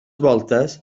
voltes